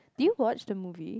do you watch the movie